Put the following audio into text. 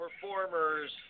performers